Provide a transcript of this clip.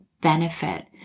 benefit